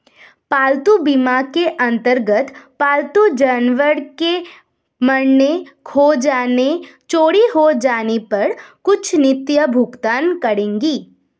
पालतू बीमा के अंतर्गत पालतू जानवर के मरने, खो जाने, चोरी हो जाने पर कुछ नीतियां भुगतान करेंगी